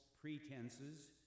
pretenses